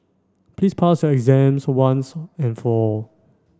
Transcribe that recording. please pass your exam once and for all